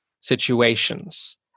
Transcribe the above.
situations